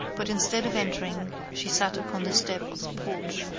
but instead of entering she sat upon the step of the porch.